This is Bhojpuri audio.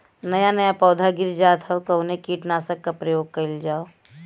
नया नया पौधा गिर जात हव कवने कीट नाशक क प्रयोग कइल जाव?